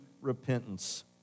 repentance